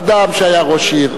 אדם שהיה ראש עיר,